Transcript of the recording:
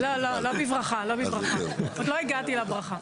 לא בברכה, עוד לא הגעתי לברכה.